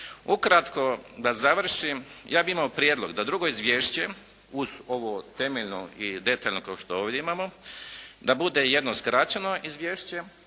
Ukratko da završim. Ja bih imao prijedlog, da drugo izvješće uz ovo izvješte, uz ovo temeljno i detaljno kao što ovdje imamo, da bude jedno skraćeno izvješće